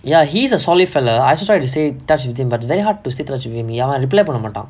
ya he's a solid fellow touch with him அவன்:avan reply பண்ண மாட்டான்:panna maattaan